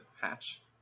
hatch